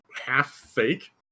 half-fake